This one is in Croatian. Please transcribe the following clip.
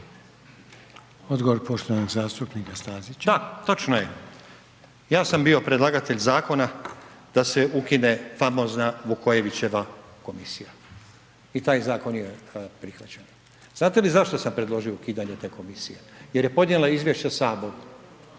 Odgovor poštovanog zastupnika Stazića. **Stazić, Nenad (SDP)** Da, točno je. Ja sam bio predlagatelj zakona da se ukine famozna Vukojevićeva komisija i taj zakon je prihvaćen. Znate vi zašto sam predložio ukidanje te komisije? Jer je podnijela Izvješće Saboru